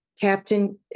Captain